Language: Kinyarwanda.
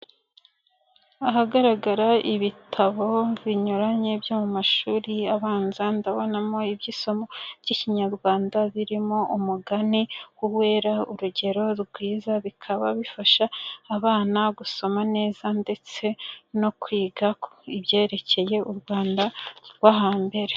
Ahagaragara ibitabo binyuranye byo mu mashuri abanza, ndabonamo iby'isomo ry'Ikinyarwanda birimo umugani Uwera urugero rwiza, bikaba bifasha abana gusoma neza ndetse no kwiga ku byerekeye u Rwanda rwo hambere.